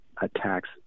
attacks